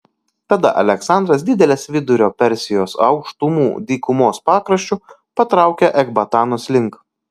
tada aleksandras didelės vidurio persijos aukštumų dykumos pakraščiu patraukė ekbatanos link